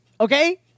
okay